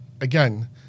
again